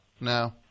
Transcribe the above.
No